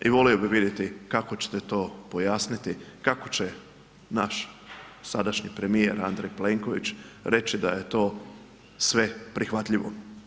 I volio bih vidjeti kako ćete to pojasniti, kako će naš sadašnji premijer Andrej Plenković reći da je to sve prihvatljivo.